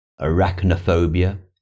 Arachnophobia